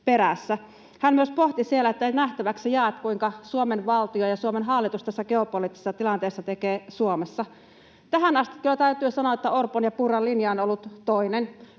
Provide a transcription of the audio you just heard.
perässä. Hän myös pohti siellä, että nähtäväksi jää, kuinka Suomen valtio ja Suomen hallitus tässä geopoliittisessa tilanteessa tekee Suomessa. Täytyy kyllä sanoa, että tähän asti Orpon ja Purran linja on ollut toinen.